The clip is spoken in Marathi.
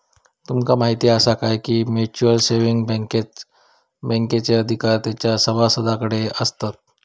तुमका म्हायती आसा काय, की म्युच्युअल सेविंग बँकेत बँकेचे अधिकार तेंच्या सभासदांकडे आसतत